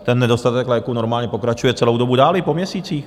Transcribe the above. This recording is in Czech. Ten nedostatek léků normálně pokračuje celou dobu dál, i po měsících.